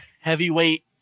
heavyweight